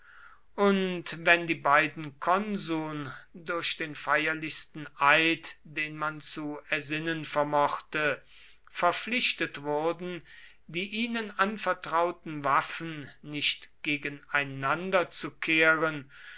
und wenn die beiden konsuln durch den feierlichsten eid den man zu ersinnen vermochte verpflichtet wurden die ihnen anvertrauten waffen nicht gegeneinander zu kehren